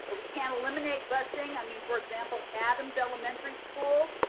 and we can't eliminate busing. i mean for example, adams elementary school,